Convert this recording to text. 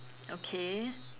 okay